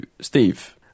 Steve